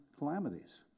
calamities